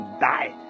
die